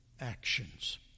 actions